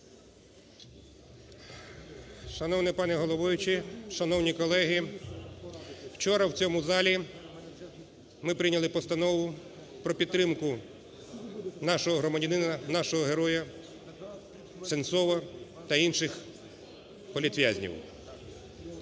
Шановний пане головуючий! Шановні колеги! Вчора в цьому залі ми прийняли Постанову про підтримку нашого громадянина, нашого герояСенцова та інших політв'язнів.